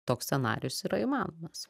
toks scenarijus yra įmanomas